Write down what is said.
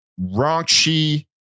raunchy